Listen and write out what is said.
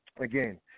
again